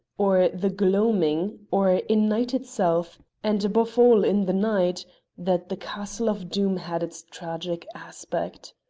or the gloaming, or in night itself and above all in the night that the castle of doom had its tragic aspect.